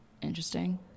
interesting